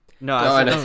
No